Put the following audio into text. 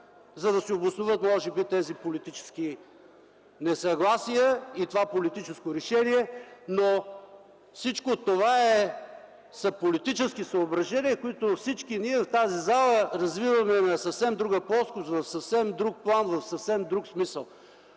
за да се обосноват може би тези политически несъгласия и това политическо решение. Всичко това са политически съображения, които всички ние в тази зала развиваме на съвсем друга плоскост, в съвсем друг план, в съвсем друг смисъл.